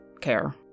care